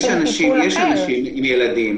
יש אנשים עם ילדים.